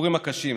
לסיפורים הקשים,